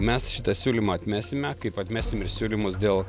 mes šitą siūlymą atmesime kaip atmesim ir siūlymus dėl